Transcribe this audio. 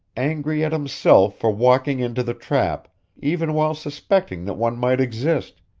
angry at himself for walking into the trap even while suspecting that one might exist,